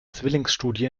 zwillingsstudie